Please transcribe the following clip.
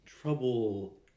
Trouble